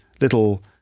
little